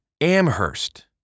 Amherst